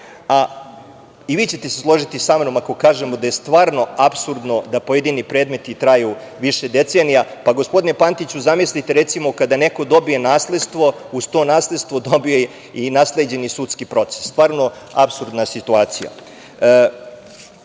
i vi ćete se složiti sa mnom ako kažemo da je stvarno apsurdno da pojedini predmeti traju više decenija. Gospodine Pantiću, zamislite, recimo, kada neko dobije nasledstvo, uz to nasledstvo dobije i nasleđeni sudski proces, stvarno apsurdna situacija. Ja